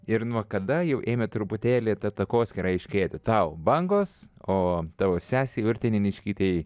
ir nuo kada jau ėmė truputėlį ta takoskyra aiškėti tau bangos o tavo sesei urtei neniškytei